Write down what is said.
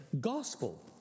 gospel